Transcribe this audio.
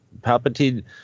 Palpatine